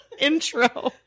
Intro